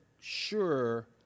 sure